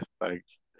thanks